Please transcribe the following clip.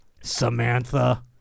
Samantha